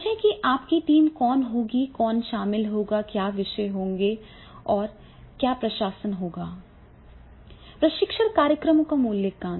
समझें कि आपकी टीम कौन होगी कौन शामिल होगा क्या विषय होंगे और फिर समग्र प्रशासन क्या है प्रशिक्षण कार्यक्रमों का मूल्यांकन